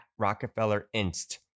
Rockefellerinst